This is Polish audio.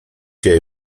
się